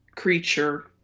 creature